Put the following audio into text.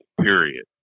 period